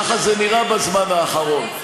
ככה זה נראה בזמן האחרון.